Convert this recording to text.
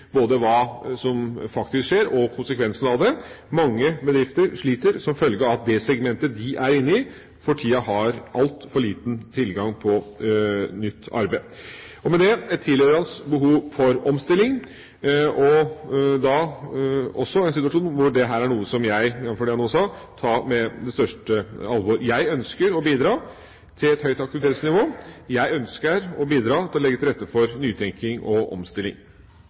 både av hva som faktisk skjer, og konsekvensene av det. Mange bedrifter sliter som følge av at det segmentet de er inne i, for tida har altfor liten tilgang på nytt arbeid og med det et tilhørende behov for omstilling. Det er da også en situasjon hvor dette er noe som jeg, jamfør det jeg nå sa, skal ta med det største alvor. Jeg ønsker å bidra til et høyt aktivitetsnivå, jeg ønsker å bidra til å legge til rette for nytenking og omstilling.